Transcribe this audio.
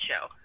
show